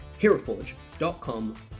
HeroForge.com